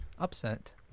upset